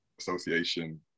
Association